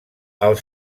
els